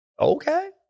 Okay